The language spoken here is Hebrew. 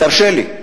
תרשה לי,